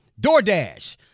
DoorDash